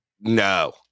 no